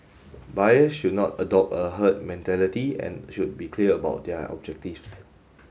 buyers should not adopt a herd mentality and should be clear about their objectives